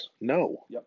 No